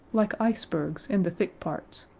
like icebergs, in the thick parts,